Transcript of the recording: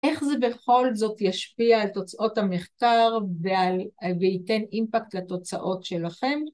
איך זה בכל זאת ישפיע על תוצאות המחקר וייתן אימפקט לתוצאות שלכן?